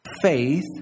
faith